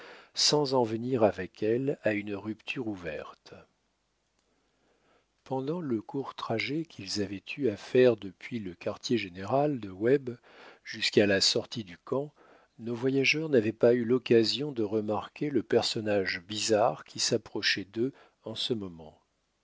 sans en venir avec elle à une rupture ouverte pendant le court trajet qu'ils avaient eu à faire depuis le quartier général de webb jusqu'à la sortie du camp nos voyageurs n'avaient pas eu occasion de remarquer le personnage bizarre qui s'approchait d'eux en ce moment